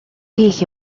хийх